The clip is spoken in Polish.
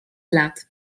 lat